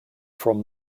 from